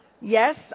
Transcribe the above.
Yes